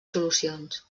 solucions